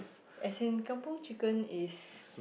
as in kampung chicken is